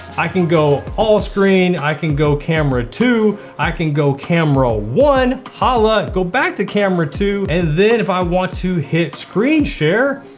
i can go all screen, i can go camera two, i can go camera one, holla, go back to camera two, and then if i want to hit screen share,